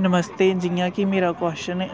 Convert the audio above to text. नमस्ते जियां की मेरा कोश्न